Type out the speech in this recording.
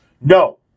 No